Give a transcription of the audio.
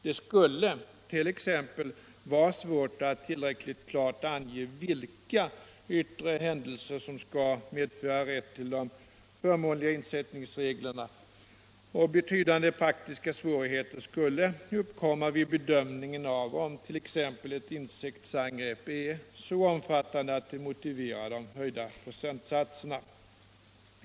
Det skulle t.ex. vara svårt att tillräckligt klart ange vilka yttre händelser som skall medföra rätt till de förmånligare insättningsreglerna. Betydande praktiska svårigheter skulle vidare uppkomma vid bedömningen av om t.ex. ett insektsangrepp är så omfattande att det motiverar de höjda procentsatserna.